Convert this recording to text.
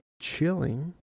chilling